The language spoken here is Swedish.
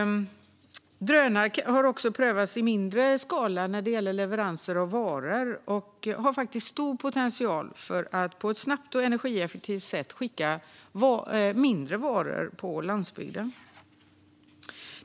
Drönare har också prövats i mindre skala för leveranser av varor och har stor potential för att på ett snabbt och energieffektivt sätt skicka mindre varor ut på landsbygden.